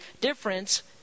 difference